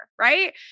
right